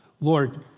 Lord